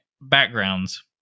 backgrounds